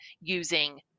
using